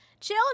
chill